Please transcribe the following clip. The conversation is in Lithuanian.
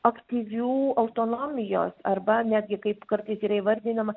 aktyvių autonomijos arba netgi kaip kartais yra įvardinama